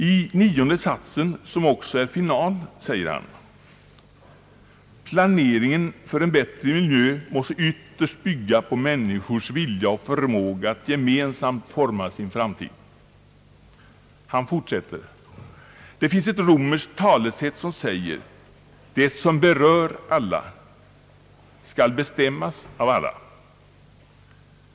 I nionde satsen, som också är final, säger han: »Planeringen för en bättre miljö måste ytterst bygga på människors vilja och förmåga att gemensamt forma sin framtid.» Han fortsätter: »Det finns ett romerskt talesätt som säger: det som berör alla skall bestämmas av alla.